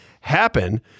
happen